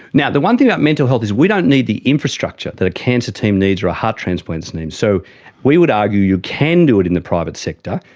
yeah the one thing about mental health is we don't need the infrastructure that a cancer team needs or a heart transplant team needs. so we would argue you can do it in the private sector,